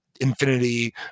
Infinity